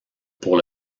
pour